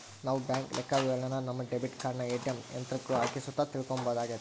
ನಾವು ಬ್ಯಾಂಕ್ ಲೆಕ್ಕವಿವರಣೆನ ನಮ್ಮ ಡೆಬಿಟ್ ಕಾರ್ಡನ ಏ.ಟಿ.ಎಮ್ ಯಂತ್ರುಕ್ಕ ಹಾಕಿ ಸುತ ತಿಳ್ಕಂಬೋದಾಗೆತೆ